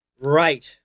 Right